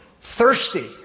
Thirsty